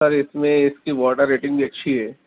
سر اس میں اس کی واٹر ریٹنگ بھی اچھی ہے